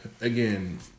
again